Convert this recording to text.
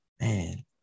Man